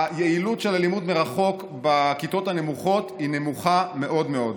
היעילות של הלימוד מרחוק בכיתות הנמוכות היא נמוכה מאוד מאוד.